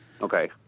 Okay